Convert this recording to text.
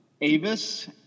Avis